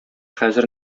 хәзер